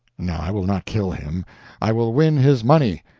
no, i will not kill him i will win his money.